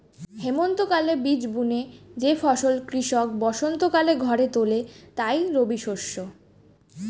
হেমন্তকালে বীজ বুনে যে ফসল কৃষক বসন্তকালে ঘরে তোলে তাই রবিশস্য